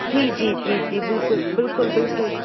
जी जी जी जी बिल्कुलु बिल्कुलु बिल्कुलु